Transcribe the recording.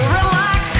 relax